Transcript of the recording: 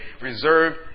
reserved